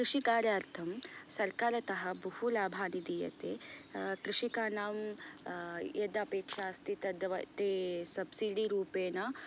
कृषिकार्यार्थं सर्कारतः बहु लाभादि दीयते कृषिकाणां यद् अपेक्षा अस्ति तद् ते सब्सीडी रूपेण